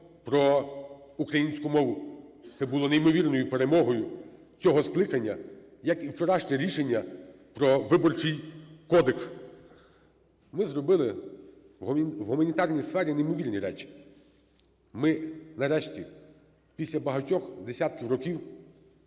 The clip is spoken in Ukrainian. про українську мову - це було неймовірною перемогою цього скликання, як і вчорашнє рішення про Виборчий кодекс. Ми зробили в гуманітарній сфері неймовірні речі: ми, нарешті, після багатьох десятків років